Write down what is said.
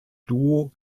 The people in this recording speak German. duo